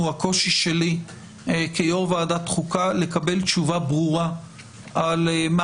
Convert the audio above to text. הוא הקושי שלי כיו"ר ועדת חוקה לקבל תשובה ברורה על מה